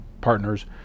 partners